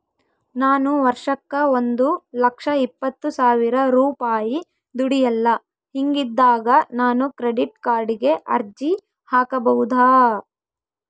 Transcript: ನಾನು ವರ್ಷಕ್ಕ ಒಂದು ಲಕ್ಷ ಇಪ್ಪತ್ತು ಸಾವಿರ ರೂಪಾಯಿ ದುಡಿಯಲ್ಲ ಹಿಂಗಿದ್ದಾಗ ನಾನು ಕ್ರೆಡಿಟ್ ಕಾರ್ಡಿಗೆ ಅರ್ಜಿ ಹಾಕಬಹುದಾ?